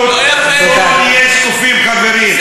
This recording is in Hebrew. יש חוקי יו"ש,